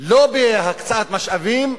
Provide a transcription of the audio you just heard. לא בהקצאת משאבים,